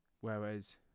Whereas